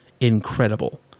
incredible